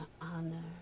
honor